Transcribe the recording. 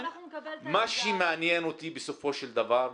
מה שמעניין אותי בסופו של דבר,